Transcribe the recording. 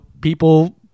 people